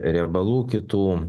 riebalų kitų